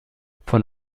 von